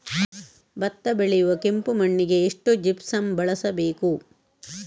ಭತ್ತ ಬೆಳೆಯುವ ಕೆಂಪು ಮಣ್ಣಿಗೆ ಎಷ್ಟು ಜಿಪ್ಸಮ್ ಬಳಸಬೇಕು?